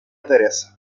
teresa